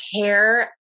care